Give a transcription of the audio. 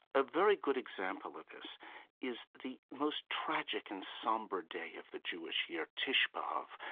a very good example of this is the most tragic and somber day of the jewish year, tishah b'av.